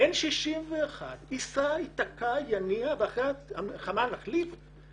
ייסע ויתקע ואחרי המלחמה נחליף?